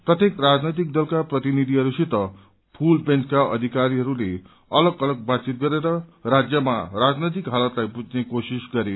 प्रत्येक राजनैतिक दलका प्रतिनिधिहरूसित फुल बेन्चका अधिकारीहरू अलग अलग बातचित गरेर राज्यमा राजनैतिक हालतलाई बुझ्ने कोशिश गरे